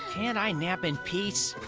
and i nap in peace?